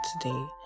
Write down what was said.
today